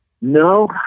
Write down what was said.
No